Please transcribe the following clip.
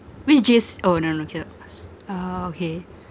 which J_C oh no no cannot ask uh okay